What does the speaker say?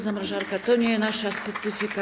Zamrażarka to nie nasza specyfika.